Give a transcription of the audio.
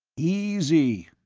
easy!